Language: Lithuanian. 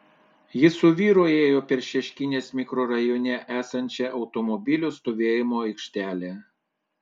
ji su vyru ėjo per šeškinės mikrorajone esančią automobilių stovėjimo aikštelę